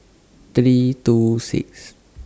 three two six